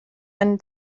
eine